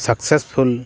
successful